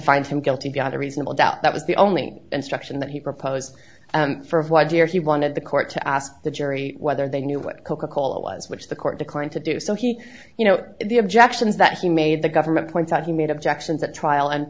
find him guilty beyond a reasonable doubt that was the only instruction that he proposed for why dear he wanted the court to ask the jury whether they knew what coca cola was which the court declined to do so he you know the objections that he made the government points out he made objections at trial and